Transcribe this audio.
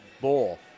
bowl